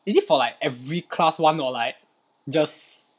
is it for like every class [one] or like just